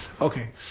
Okay